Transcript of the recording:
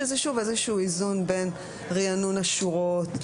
שזה איזשהו איזון בין ריענון השורות.